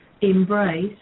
embrace